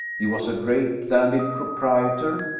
he was a great landed proprietor.